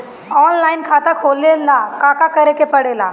Online खाता खोले ला का का करे के पड़े ला?